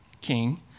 king